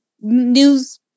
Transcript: news